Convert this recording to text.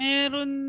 Meron